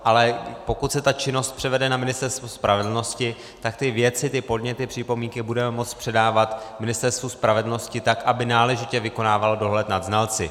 Ale pokud se ta činnost převede na Ministerstvo spravedlnosti, tak ty věci, podněty, připomínky budeme moct předávat Ministerstvu spravedlnosti, tak aby náležitě vykonávalo dohled nad znalci.